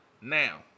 Now